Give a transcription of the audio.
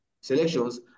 selections